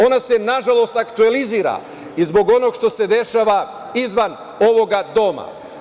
Ona se na žalost aktuelizira i zbog onog što se dešava izvan ovog doma.